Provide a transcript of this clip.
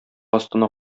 астына